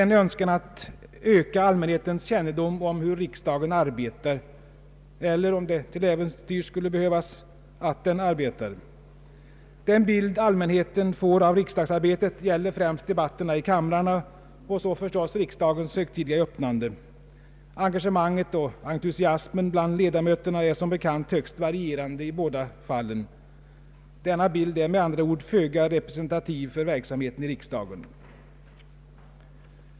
En önskan att öka allmänhetens kännedom om hur riksdagen arbetar — eller om det till äventyrs skulle vara motiverat — att den arbetar. Den bild allmänheten får av riksdagsarbetet gäller främst debatterna i kamrarna och så förstås riksdagens högtidliga öppnande. Engagemanget och entusiasmen bland ledamöterna är som bekant högst varierande i båda fallen. Denna bild är med andra ord föga representativ för verksamheten i riksdagen.